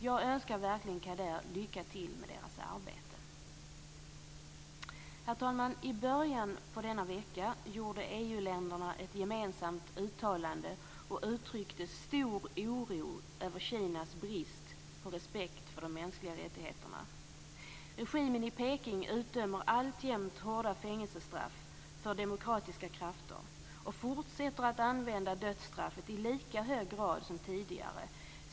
Jag önskar verkligen KADER lycka till i dess arbete. Herr talman! I början på denna vecka gjorde EU länderna ett gemensamt uttalande och uttryckte stor oro över Kinas brist på respekt för de mänskliga rättigheterna. Regimen i Peking utdömer alltjämt hårda fängelsestraff mot demokratiska krafter och fortsätter att använda dödsstraff i lika hög grad som tidigare.